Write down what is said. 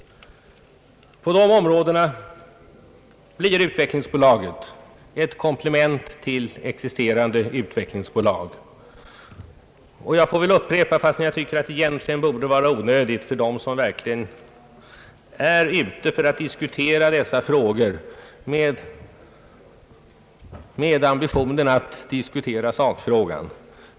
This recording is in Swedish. På dessa områden blir utvecklingsbolaget ett komplement till existerande utvecklingsbolag. Jag får väl upprepa en självklarhet, fastän jag tycker att det egentligen borde var onödigt för dem som verkligen är ute för att diskutera dessa frågor med ambitionen att diskutera sakligt.